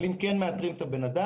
אבל אם כן מאתרים את האדם